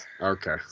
Okay